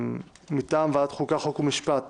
מטעם ועדת החוקה, חוק ומשפט